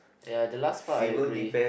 ya the last part I agree